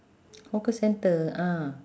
hawker centre ah